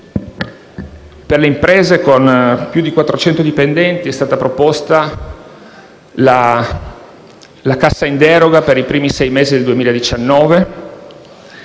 per le imprese con più di 400 dipendenti è stata proposta la cassa integrazione in deroga per i primi sei mesi del 2019.